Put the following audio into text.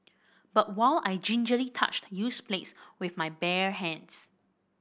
but while I gingerly touched used plates with my bare hands